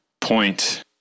point